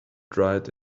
dried